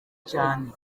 cyane